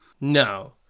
No